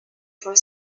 for